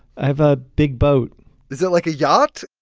i have a big boat is it like a yacht?